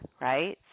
right